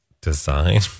design